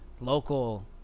local